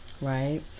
right